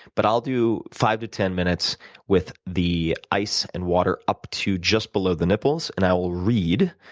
but i'll do five to ten minutes with the ice and water up to just below the nipples, and i will read,